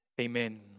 Amen